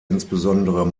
insbesondere